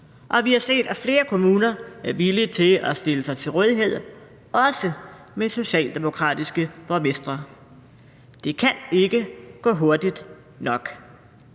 og vi har set, at flere kommuner er villige til at stille sig til rådighed, også kommuner med socialdemokratiske borgmestre. Det kan ikke gå hurtigt nok,